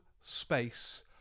space